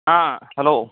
হ্যাঁ হ্যালো